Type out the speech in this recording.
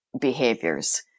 behaviors